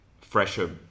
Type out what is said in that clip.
fresher